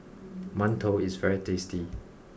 Mantou is very tasty